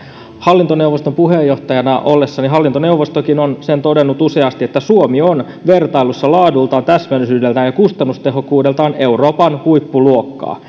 hallintoneuvoston puheenjohtajana ollessani hallintoneuvostokin on sen todennut useasti että suomi on vertailussa laadultaan täsmällisyydeltään ja kustannustehokkuudeltaan euroopan huippuluokkaa